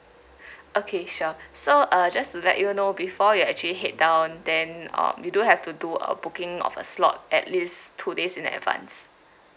okay sure so uh just to let you know before you actually head down then uh we do have to do a booking of a slot at least two days in advance